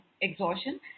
exhaustion